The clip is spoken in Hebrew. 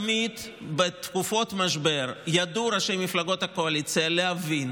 בתקופות משבר ראשי מפלגות הקואליציה תמיד ידעו להבין